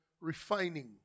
refining